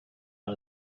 out